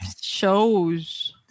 shows